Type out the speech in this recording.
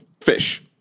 fish